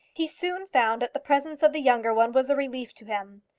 he soon found that the presence of the younger one was a relief to him.